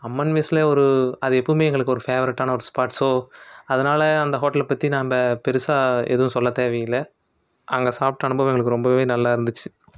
அம்மன் மெஸில் ஒரு அது எப்போவுமே எங்களுக்கு ஒரு ஃபேவரட்டான ஒரு ஸ்பாட் ஸோ அதனால் அந்த ஹோட்டலை பற்றி நம்ப பெருசாக எதுவும் செல்ல தேவையில்லை அங்கே சாப்பிட்ட அனுபவம் எங்களுக்கு ரொம்பவே நல்லாயிருந்துச்சு